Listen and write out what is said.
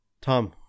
Tom